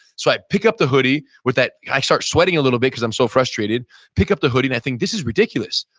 so i pick up the hoodie with that, i start sweating a little bit because i'm so frustrated, i pick up the hoodie and i think this is ridiculous.